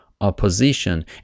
opposition